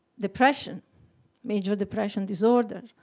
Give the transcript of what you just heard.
depression major depression disorder.